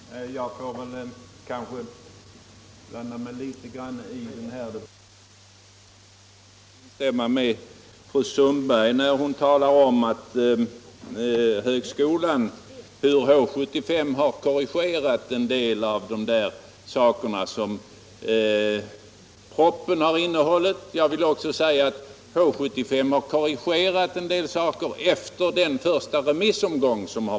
Herr talman! Jag får kanske blanda mig litet i den här debatten. Först vill jag instämma när fru Sundberg talar om hur H 75 har korrigerat en del av vad propositionen innehöll. Jag vill också säga att H-75 har korrigerat en del saker efter den första remissomgången.